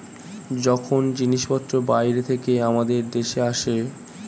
যখন জিনিসপত্র বাইরে থেকে আমাদের দেশে আসে